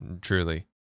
truly